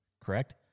correct